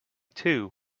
too